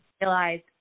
realized